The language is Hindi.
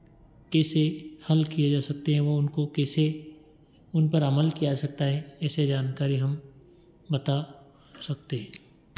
कैसे हल किया जा सकते हैं व उनको कैसे उनपर अमल किया जा सकता है ऐसे जानकारी हम बता सकते हैं